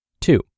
Two